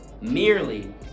merely